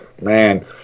man